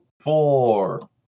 Four